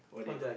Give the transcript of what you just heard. what do you